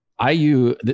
IU